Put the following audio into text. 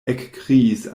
ekkriis